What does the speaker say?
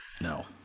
No